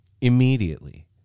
Immediately